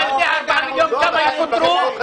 אתה יודע כמה יפוטרו?